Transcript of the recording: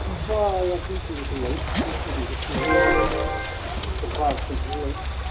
ꯂꯨꯄꯥ ꯌꯥꯡꯈꯩ ꯄꯤꯕꯁꯨ ꯂꯩ ꯅꯤꯐꯨ ꯄꯤꯕꯁꯨ ꯂꯩ ꯀꯨꯟꯊ꯭ꯔꯥ ꯄꯤꯕꯁꯨ ꯂꯩ